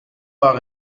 pas